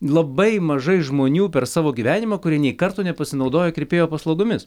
labai mažai žmonių per savo gyvenimą kurie nei karto nepasinaudojo kirpėjo paslaugomis